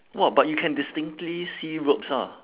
what but you can distinctly see ropes ah